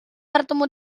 bertemu